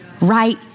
right